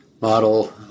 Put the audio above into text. model